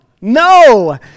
no